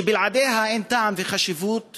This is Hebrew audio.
שבלעדיה אין טעם וחשיבות